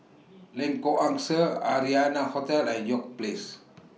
Lengkok Angsa Arianna Hotel and York Place